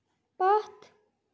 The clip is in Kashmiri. پتھ